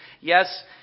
Yes